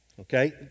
Okay